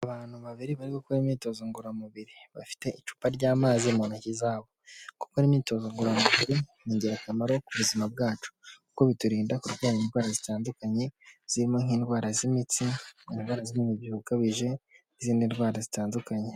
Abantu babiri bari gukora imyitozo ngororamubiri, bafite icupa ry'amazi mu ntoki zabo, gukora imyitozo ngororamubiri ni ingirakamaro ku buzima bwacu, kuko biturinda kurwara indwara zitandukanye zirimo nk'indwara z'imitsi, indwara z'umubyibuho ukabije n'izindi ndwara zitandukanye.